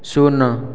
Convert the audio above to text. ଶୂନ